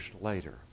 later